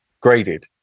graded